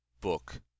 book